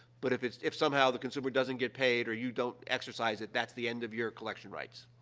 but if it's if, somehow, the consumer doesn't get paid or you don't exercise it, that's the end of your collection rights.